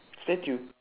statue